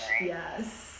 Yes